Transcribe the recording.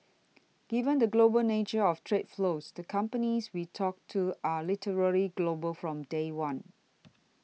given the global nature of trade flows the companies we talk to are literally global from day one